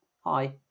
hi